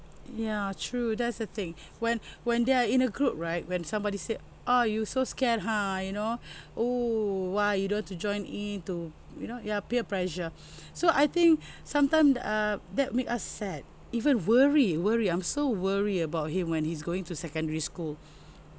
ya true that's the thing when when they are in a group right when somebody said ah you so scared ha you know oh why you don't want to join in to you know ya peer pressure so I think sometimes uh that make us sad even worry worry I'm so worry about him when he's going to secondary school